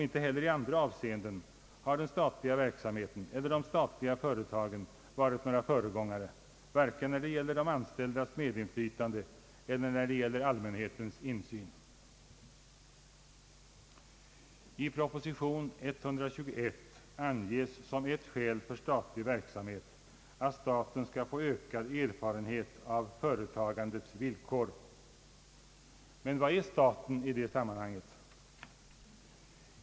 Inte heller i andra avseenden har den statliga verksamheten eller de statliga företagen varit några föregångare, vare sig när det gäller de anställdas medinflytande eller när det gäller allmänhetens insyn. I proposition nr 121 anges som ett skäl för statlig verksamhet att staten skall få ökad erfarenhet av företagandets villkor. Men vad är staten i det sammanhanget?